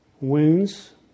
wounds